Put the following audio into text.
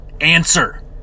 Answer